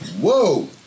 Whoa